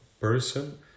person